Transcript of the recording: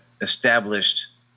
established